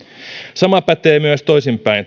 sama pätee toivottavasti myös toisinpäin